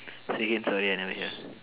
say again sorry I never hear